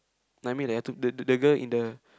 like me like I took the the girl in the